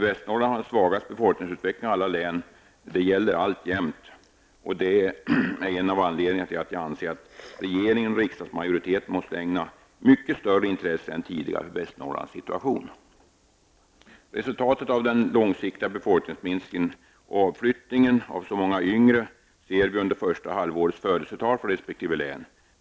Västernorrland har alltjämt den svagaste befolkningsutvecklingen av alla län, och det är en av anledningarna till att jag anser att regeringen och riksdagsmajoriteten måste ägna mycket större intresse än tidigare åt Västernorrlands situation. Resultatet av den långsiktiga befolkningsminskningen och avflyttningen av så många yngre kan ses i födelsetalen för resp. län under första halvåret.